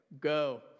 go